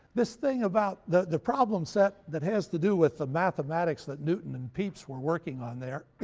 this thing about the the problems set that has to do with the mathematics that newton and pepys were working on there,